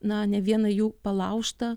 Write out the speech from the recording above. na ne vieną jų palaužtą